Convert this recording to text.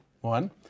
one